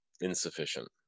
insufficient